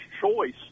choice